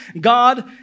God